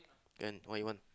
then what you want